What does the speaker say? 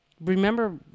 remember